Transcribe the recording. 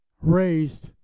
raised